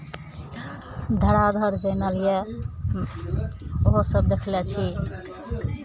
धड़ाधड़ चैनल यए ओहोसभ देखने छी